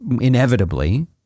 inevitably